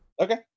okay